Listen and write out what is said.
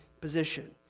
position